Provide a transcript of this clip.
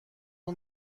اون